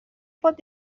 pot